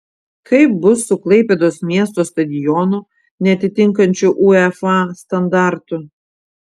kaip bus su klaipėdos miesto stadionu neatitinkančiu uefa standartų